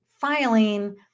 Filing